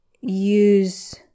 use